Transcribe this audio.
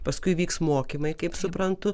paskui vyks mokymai kaip suprantu